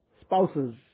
spouses